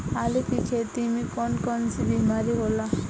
आलू की खेती में कौन कौन सी बीमारी होला?